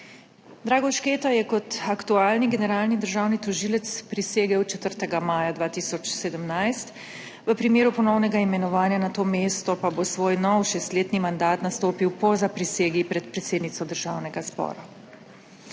Drago Šketa je kot aktualni generalni državni tožilec prisegel 4. maja 2017. V primeru ponovnega imenovanja na to mesto pa bo svoj nov šestletni mandat nastopil po zaprisegi pred predsednico Državnega zbora.